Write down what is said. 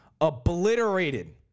obliterated